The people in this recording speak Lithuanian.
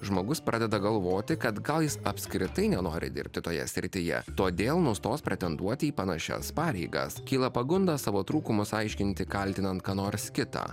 žmogus pradeda galvoti kad gal jis apskritai nenori dirbti toje srityje todėl nustos pretenduoti į panašias pareigas kyla pagunda savo trūkumus aiškinti kaltinant ką nors kitą